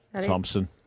Thompson